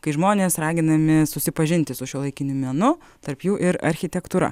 kai žmonės raginami susipažinti su šiuolaikiniu menu tarp jų ir architektūra